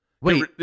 Wait